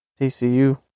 TCU